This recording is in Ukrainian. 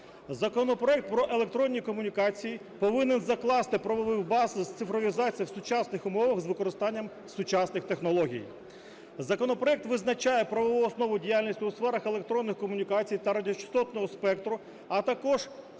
Законопроект про електронні комунікації повинен закласти правову базу цифровізації в сучасних умовах з використанням сучасних технологій. Законопроект визначає правову основу діяльності у сферах електронних комунікацій та радіочастотного спектру, а також встановлювати